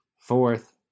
fourth